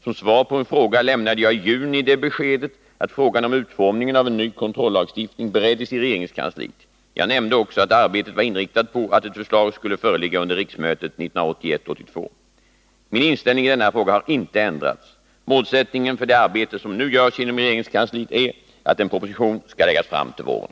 Som svar på en fråga lämnade jag i juni det beskedet att frågan om utformningen av en ny kontrollagstiftning bereddes i regeringskansliet. Jag nämnde också att arbetet var inriktat på att ett förslag skulle föreligga under riksmötet 1981/82. Min inställning i denna fråga har inte ändrats. Målsättningen för det arbete som nu görs inom regeringskansliet är att en proposition skall läggas fram till våren.